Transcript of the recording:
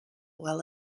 well